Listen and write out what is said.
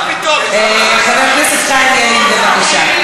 מה פתאום, חבר הכנסת חיים ילין, בבקשה.